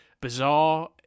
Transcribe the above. bizarre